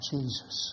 Jesus